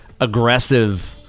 aggressive